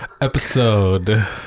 episode